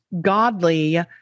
godly